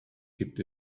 gibt